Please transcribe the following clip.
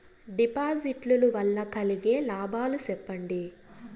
డిపాజిట్లు లు వల్ల కలిగే లాభాలు సెప్పండి?